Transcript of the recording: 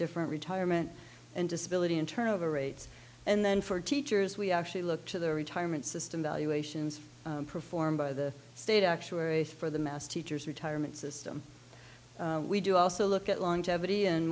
different retirement and disability and turnover rates and then for teachers we actually look to the retirement system valuations performed by the state actuary for the mass teachers retirement system we do also look at longevity and